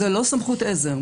זה לא סמכות עזר.